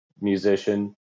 musician